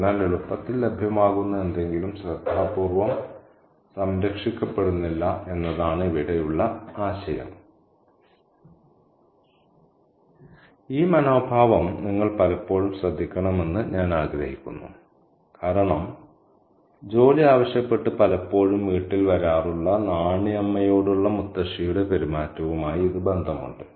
അതിനാൽ എളുപ്പത്തിൽ ലഭ്യമാകുന്ന എന്തെങ്കിലും ശ്രദ്ധാപൂർവ്വം സംരക്ഷിക്കപ്പെടുന്നില്ല എന്നതാണ് ഇവിടെയുള്ള ആശയം ഈ മനോഭാവം നിങ്ങൾ പലപ്പോഴും ശ്രദ്ധിക്കണമെന്ന് ഞാൻ ആഗ്രഹിക്കുന്നു കാരണം ജോലി ആവശ്യപ്പെട്ട് പലപ്പോഴും വീട്ടിൽ വരാറുള്ള നാണി അമ്മയോടുള്ള മുത്തശ്ശിയുടെ പെരുമാറ്റവുമായി ഇത് ബന്ധമുണ്ട്